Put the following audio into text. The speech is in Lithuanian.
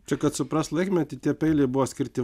čia kad suprast laikmetį tie peiliai buvo skirti